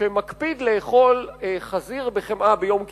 שמקפיד לאכול חזיר בחמאה ביום כיפור.